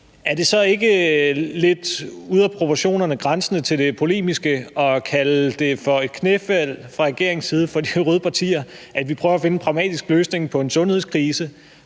er det så ikke lidt ude af proportioner grænsende til det polemiske at kalde det for et knæfald fra regeringens side for de røde partier, at vi prøver at finde en pragmatisk løsning på en sundhedskrise